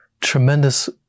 tremendous